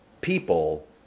people